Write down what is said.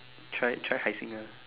try try Hai-Seng ah